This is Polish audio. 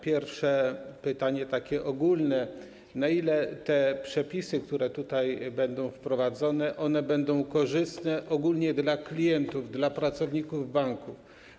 Pierwsze pytanie, takie ogólne: Na ile te przepisy, które tutaj będą wprowadzone, będą korzystne dla klientów, dla pracowników banków?